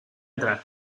entrar